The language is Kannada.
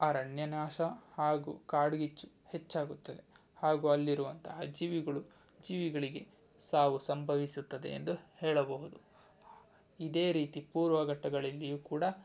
ಅರಣ್ಯ ನಾಶ ಹಾಗೂ ಕಾಡ್ಗಿಚ್ಚು ಹೆಚ್ಚಾಗುತ್ತದೆ ಹಾಗೂ ಅಲ್ಲಿರುವಂತಹ ಜೀವಿಗಳು ಜೀವಿಗಳಿಗೆ ಸಾವು ಸಂಭವಿಸುತ್ತದೆ ಎಂದು ಹೇಳಬಹುದು ಇದೇ ರೀತಿ ಪೂರ್ವ ಘಟ್ಟಗಳಲ್ಲಿಯೂ ಕೂಡ